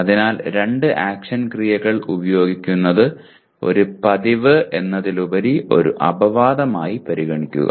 അതിനാൽ രണ്ട് ആക്ഷൻ ക്രിയകൾ ഉപയോഗിക്കുന്നത് ഒരു പതിവ് എന്നതിലുപരി ഒരു അപവാദമായി പരിഗണിക്കുക